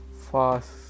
fast